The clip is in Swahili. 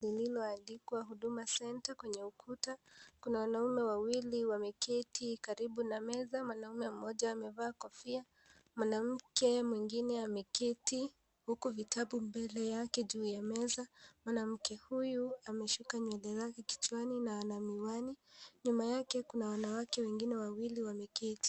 Lililo andikwa Huduma Centre kwenye ukuta kuna wanaume wawili wameketi karibu na meza mwanaume mmoja amevaa kofia mwanamke mwingine ameketi huku vitabu mbele yake hjuu ya meza . Mwanamke huyu ameshuka nywele zake kichwani na ana miwani nyuma yake kuna wanawake wengine wawili wameketi.